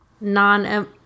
non